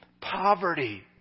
poverty